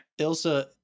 ilsa